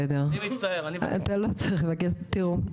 אז אתם יכולים לראות שקף שגם לי היה קשה לקרוא אותו בהתחלה,